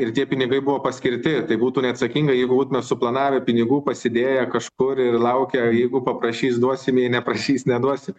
ir tie pinigai buvo paskirti tai būtų neatsakinga jeigu būtume suplanavę pinigų pasidėję kažkur ir laukę jeigu paprašys duosime jei neprašys neduosim